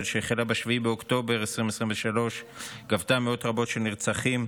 שהחלה ב-7 באוקטובר 2023 גבתה מאות רבות של נרצחים,